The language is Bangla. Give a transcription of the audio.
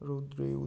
রৌদ্রেও